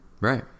right